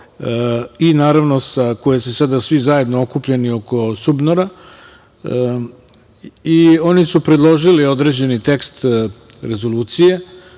i naravno sa koje se sada svi zajedno okupljeni oko SUBNOR-a. Oni su predložili određeni tekst rezolucije,